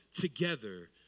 together